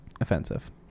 Offensive